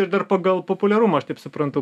ir dar pagal populiarumą aš taip suprantu